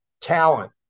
talent